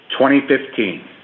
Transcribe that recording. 2015